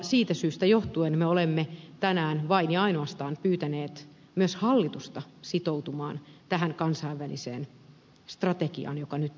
siitä syystä johtuen me olemme tänään vain ja ainoastaan pyytäneet myös hallitusta sitoutumaan tähän kansainväliseen strategiaan joka nyt on tehty